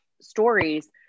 stories